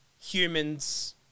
humans